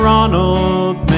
Ronald